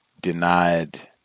denied